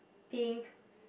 pink